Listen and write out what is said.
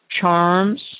Charms